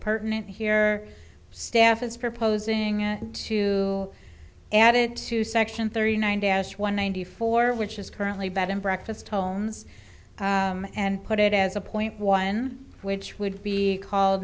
pertinent here staff is proposing to add it to section thirty nine dash one ninety four which is currently bed and breakfast tones and put it as a point one which would be called